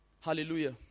Hallelujah